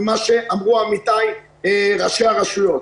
במה שאמרו עמיתיי ראשי הרשויות.